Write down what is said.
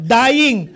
dying